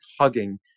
hugging